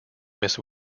miss